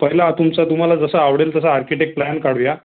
पहिला तुमचा तुम्हाला जसा आवडेल तसा आर्किटेक्ट प्लॅन काढूया